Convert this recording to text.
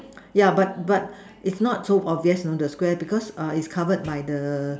yeah but but it's not so obvious you know the Square because err it's covered by the